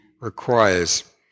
requires